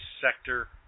sector